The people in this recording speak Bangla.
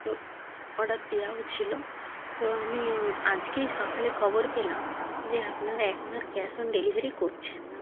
তো অর্ডার দেওয়াও ছিল তো আমি আজকেই সকালে খবর পেলাম যে আপনারা এখন আর ক্যাশ অন ডেলিভারি করছেন না